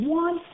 one